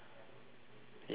ya I know